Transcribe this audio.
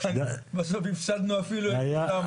בסוף הפסדנו אפילו את אוסאמה.